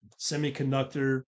semiconductor